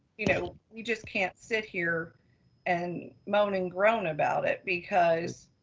you know, we just can't sit here and moan and groan about it because